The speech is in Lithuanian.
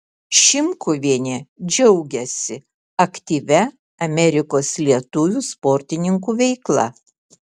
šimkuvienė džiaugiasi aktyvia amerikos lietuvių sportininkų veikla